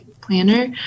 Planner